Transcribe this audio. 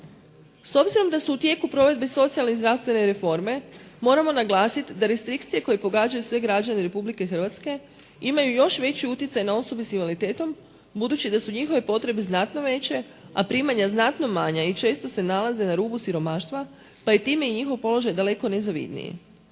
S obzirom da su u tijeku provedbe socijalne i zdravstvene reforme moramo naglasiti da restrikcije koje pogađaju sve građane Republike Hrvatske imaju još veći utjecaj na osobe s invaliditetom budući da su njihove potrebe znatno veće a primanja znatno manja i često se nalaze na rubu siromaštva pa je time i njihov položaj daleko nezavidniji.